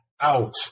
out